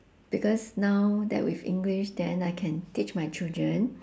because now that with english then I can teach my children